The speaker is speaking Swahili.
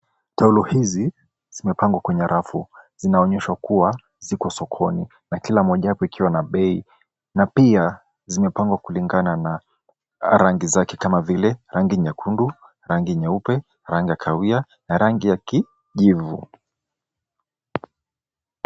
Taulo hizi zimepangwa kwenye rafu. zinaonyeshwa kuwa ziko sokoni na kila mmojawapo ikiwa na bei na pia zimepangwa kulingana na rangi zake kama vile rangi nyeupe, rangi ya kahawia na rangi ya kijivu.